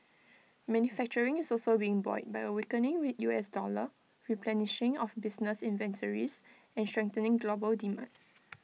manufacturing is also being buoyed by A weakening we U S dollar replenishing of business inventories and strengthening global demand